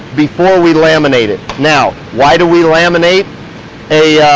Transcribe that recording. before we laminate it. now why do we laminate a